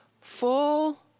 full